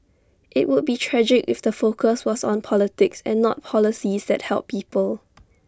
IT would be tragic if the focus was on politics and not policies that help people